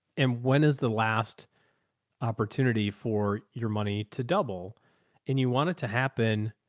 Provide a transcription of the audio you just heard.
and when is the last opportunity for your money to double and you want it to happen?